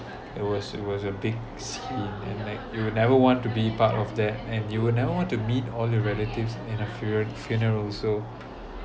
it was it was a big scene and like you would never want to be part of there and you will never want to meet all your relatives in a fune~ funeral so